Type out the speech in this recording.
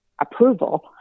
approval